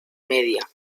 media